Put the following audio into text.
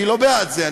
אני לא בעד זה,